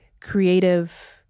creative